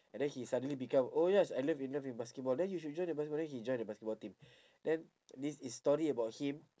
and then he suddenly become oh yes I love in love with basketball then you should join the basketball then he join the basketball team then this is story about him